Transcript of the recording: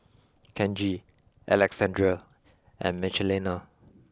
Kenji Alexandrea and Michelina